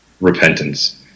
Repentance